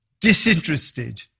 disinterested